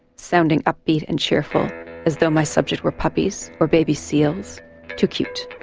sounding upbeat and cheerful as though my subjects were puppies or baby seals too cute,